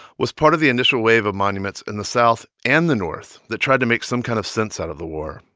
was part of the initial wave of monuments in the south and the north that tried to make some kind of sense out of the war,